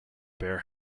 bear